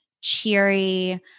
cheery